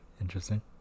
interesting